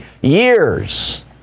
years